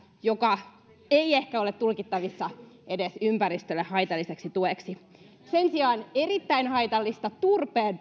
joka ei ehkä ole tulkittavissa edes ympäristölle haitalliseksi tueksi sen sijaan erittäin haitallista turpeen